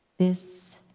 this